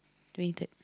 twenty third